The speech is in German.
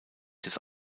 des